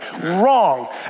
Wrong